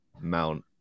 Mount